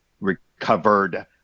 recovered